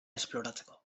esploratzeko